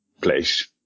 place